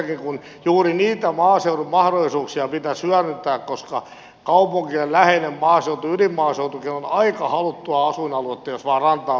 jotenkin juuri niitä maaseudun mahdollisuuksia pitäisi hyödyntää koska kaupunkien läheinen maaseutu ydinmaaseutukin on aika haluttua asuinaluetta jos vain rantaan pääsee rakentamaan